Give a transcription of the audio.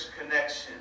Connection